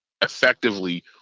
effectively